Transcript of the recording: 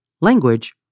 Language